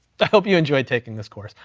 i hope you enjoyed taking this course.